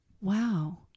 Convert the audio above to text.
wow